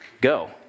go